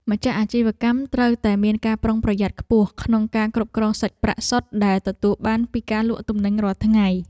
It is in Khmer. ម្ចាស់អាជីវកម្មត្រូវតែមានការប្រុងប្រយ័ត្នខ្ពស់ក្នុងការគ្រប់គ្រងសាច់ប្រាក់សុទ្ធដែលទទួលបានពីការលក់ទំនិញរាល់ថ្ងៃ។